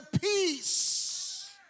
peace